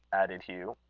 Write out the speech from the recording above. added hugh.